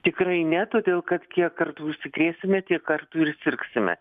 tikrai ne todėl kad kiek kartų užsikrėsime tiek kartų ir sirgsime